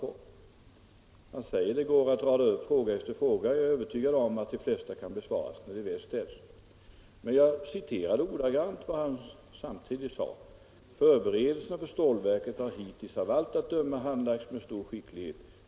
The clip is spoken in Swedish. Han säger i artikeln: ”Det går att rada upp fråga efter fråga. Jag är övertygad om att de flesta kan besvaras när de väl ställs.” Men jag citerade också ordagrant vad han samtidigt sade, nämligen: ”Förberedelserna för stålverket har hittills av allt att döma handlagts med stor skicklighet.